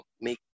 make